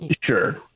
sure